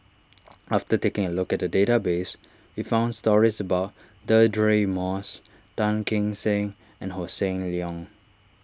after taking a look at the database we found stories about Deirdre Moss Tan Kim Seng and Hossan Leong